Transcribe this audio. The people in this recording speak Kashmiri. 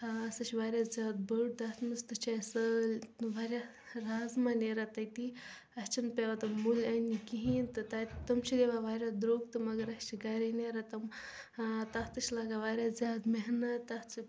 ٲں سُہ چھُ واریاہ زیادٕ بٔڑ تتھ منٛز تہِ چھِ اسہِ سٲل واریاہ رازمہ نیران تتی اسہِ چھَنہِ پیوان تِم مٔلۍ اننہِ کہیٖنۍ تہٕ تتہِ تِم چھِ دِوان واریاہ درٛوگ تہٕ مگر اسہِ چھِ گرے نیران تِم ٲں تتھ تہِ چھِ لگان زیادٕ محنت تتھ چھُ